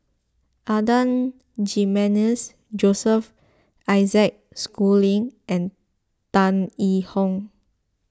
Adan Jimenez Joseph Isaac Schooling and Tan Yee Hong